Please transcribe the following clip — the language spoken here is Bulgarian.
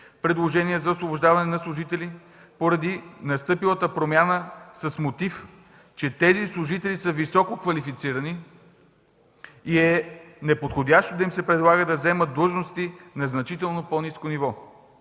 предложения за освобождаване на служители поради настъпилата промяна с мотив, че тези служители са висококвалифицирани и е неподходящо да им се предлага да заемат длъжности на значително по-ниско ниво.